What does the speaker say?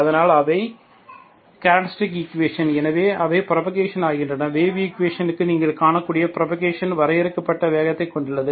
அதனால் அவை இவை கேரக்டரிஸ்டிக் ஈக்குவேஷன் எனவே அவை புராபகேஷன் ஆகின்றன வேவ் ஈக்குவேஷனுக்கு நீங்கள் காணக்கூடிய புராபகேஷன் வரையறுக்கப்பட்ட வேகத்தைக் கொண்டுள்ளது